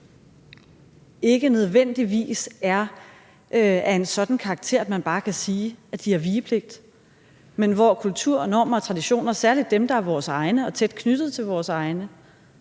ikke nødvendigvis er af en sådan karakter, at man bare kan sige, at de har vigepligt, men hvor kultur, normer og traditioner, særlig dem, der er vores egne og tæt knyttet til vores egne,